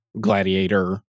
gladiator